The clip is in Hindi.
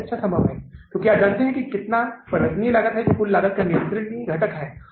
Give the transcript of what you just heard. तो अब हमारे पास उपलब्ध कुल राशि 63470 डॉलर है जिसका उपयोग से उधार के पुनर्भुगतान के लिए किया जा सकता है